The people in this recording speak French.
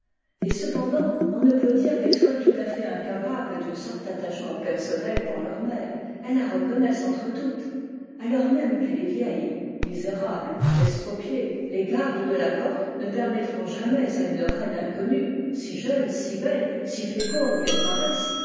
et cependant on ne peut dire qu'elles soient tout à fait incapables d'une sorte d'attachement personnel pour leur mère elles la reconnaissent entre toutes alors même qu'elle est vieille misérable estropiée les gardes de la porte ne permettront jamais h une reine inconnue si jeune si belle si féconde qu'elle paraisse